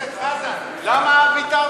חבר הכנסת חזן, למה ויתרת?